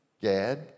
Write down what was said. Gad